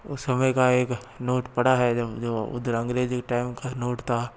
उस समय का एक नोट पड़ा है जो जो उधर अंग्रेज़ी टाइम का नोट था